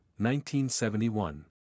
1971